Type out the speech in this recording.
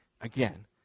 again